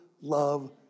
love